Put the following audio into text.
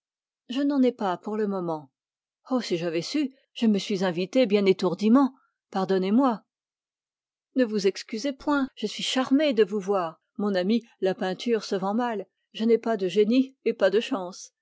je n'en ai pas pour le moment oh si j'avais su je me suis invité bien étourdiment pardonnez-moi ne vous excusez point je suis charmée de vous voir mon ami la peinture se vend mal je n'ai pas de génie et pas de chance